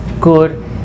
good